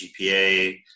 GPA